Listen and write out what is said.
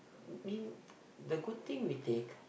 mean the good thing we take